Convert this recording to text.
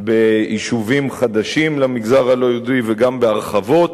ביישובים חדשים למגזר הלא-יהודי, וגם בהרחבות